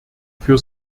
für